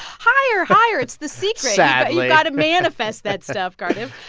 higher, higher it's the secret sadly you've got to manifest that stuff, cardiff.